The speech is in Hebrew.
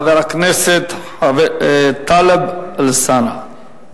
חבר הכנסת טלב אלסאנע.